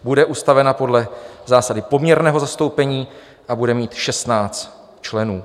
Bude ustavena podle zásady poměrného zastoupení a bude mít 16 členů.